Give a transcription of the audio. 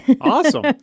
Awesome